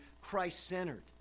Christ-centered